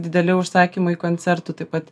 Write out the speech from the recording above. dideli užsakymai koncertų taip pat